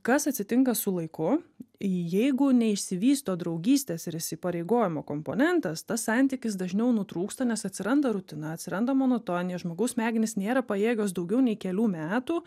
kas atsitinka su laiku jeigu neišsivysto draugystės ir įsipareigojimo komponentas tas santykis dažniau nutrūksta nes atsiranda rutina atsiranda monotonija žmogaus smegenys nėra pajėgios daugiau nei kelių metų